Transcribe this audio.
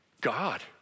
God